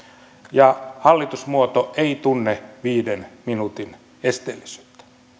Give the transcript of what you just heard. ja hallitusmuoto ei tunne viiden minuutin esteellisyyttä